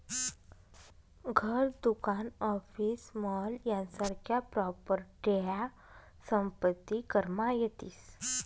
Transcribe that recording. घर, दुकान, office, mall यासारख्या प्रॉपर्ट्या संपत्ती करमा येतीस